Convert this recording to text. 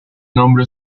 nombre